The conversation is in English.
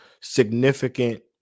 significant